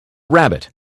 rabbit